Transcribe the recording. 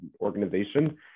organization